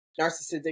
narcissistic